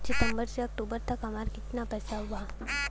सितंबर से अक्टूबर तक हमार कितना पैसा बा?